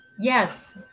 Yes